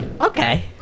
Okay